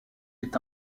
est